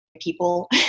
people